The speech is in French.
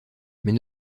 mais